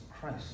Christ